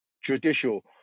judicial